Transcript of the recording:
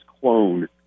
clone